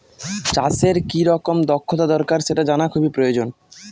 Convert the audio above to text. চাষের কি রকম দক্ষতা দরকার সেটা জানা খুবই প্রয়োজন